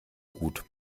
gut